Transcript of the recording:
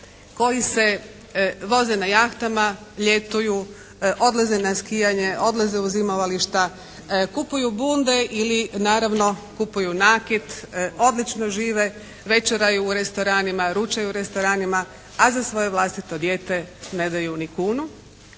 koji se voze na jahtama, ljetuju, odlaze na skijanje, odlaze u zimovališta, kupuju bunde ili naravno kupuju nakit, odlično žive, večeraju u restoranima, ručaju u restoranima, a za svoje vlastito dijete ne daju ni kunu